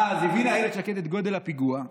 אז הבינה אילת שקד את גודל הפיגוע,